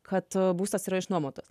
kad būstas yra išnuomotas